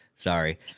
Sorry